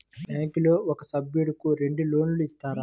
బ్యాంకులో ఒక సభ్యుడకు రెండు లోన్లు ఇస్తారా?